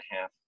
half